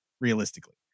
realistically